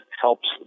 helps